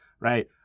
right